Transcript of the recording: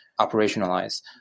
operationalize